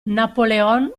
napoleon